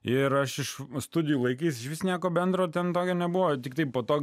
ir aš iš studijų laikais išvis nieko bendro ten tokio nebuvo tiktai po to